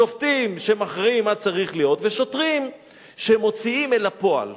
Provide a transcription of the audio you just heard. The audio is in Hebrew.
שופטים שמכריעים מה צריך להיות ושוטרים שמוציאים אל הפועל.